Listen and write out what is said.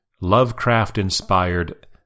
Lovecraft-inspired